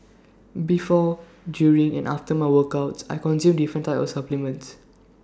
before during and after my workouts I consume different types of supplements